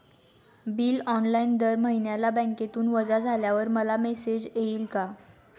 Bill online दर महिन्याला बँकेतून वजा झाल्यावर मला मेसेज येईल का?